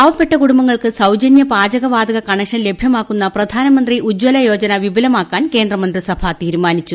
പാവപ്പെട്ട കൂടുംബങ്ങൾക്ക് സൌജന്യ പാചക വാതക കണക്ഷൻ ലഭ്യമാക്കുന്ന പ്രധാനമന്ത്രി ഉജ്ജല യോജന വിപുലമാക്കാൻ കേന്ദ്ര മന്ത്രിസഭ തീരുമാനിച്ചു